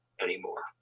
anymore